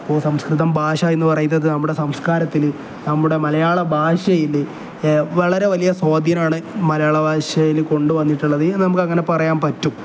ഇപ്പോൾ സംസ്കൃതം ഭാഷ എന്നു പറയുന്നത് നമ്മുടെ സംസ്കാരത്തിൽ നമ്മുടെ മലയാള ഭാഷയിൽ വളരെ വലിയ സ്വാധീനമാണ് മലയാള ഭാഷയിൽ കൊണ്ടു വന്നിട്ടുള്ളത് നമുക്ക് അങ്ങനെ പറയാൻ പറ്റും